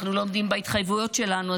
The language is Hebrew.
אנחנו לא עומדים בהתחייבויות שלנו,